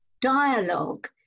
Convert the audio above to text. dialogue